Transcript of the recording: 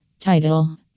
title